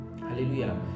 Hallelujah